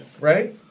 Right